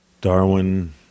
Darwin